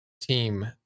team